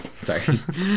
Sorry